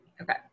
okay